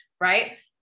right